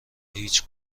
هیچ